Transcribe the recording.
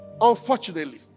Unfortunately